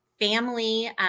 family